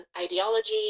ideology